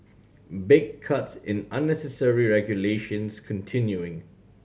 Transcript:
big cuts in unnecessary regulations continuing